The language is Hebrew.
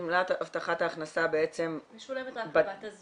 גמלת הבטחת ההכנסה בעצם -- משולמת רק לבת הזוג.